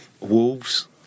Wolves